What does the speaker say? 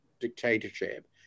dictatorship